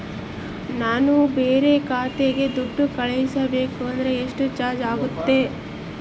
ನಾನು ಬೇರೆ ಖಾತೆಗೆ ದುಡ್ಡು ಕಳಿಸಬೇಕು ಅಂದ್ರ ಎಷ್ಟು ಚಾರ್ಜ್ ಆಗುತ್ತೆ?